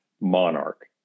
monarch